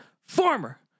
former